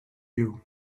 you